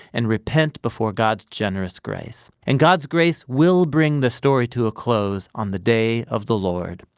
and repent before god's generous grace. and god's grace will bring the story to a close on the day of the lord.